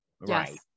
right